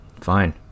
Fine